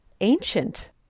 ancient